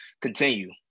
continue